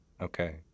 Okay